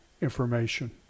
information